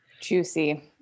Juicy